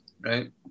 right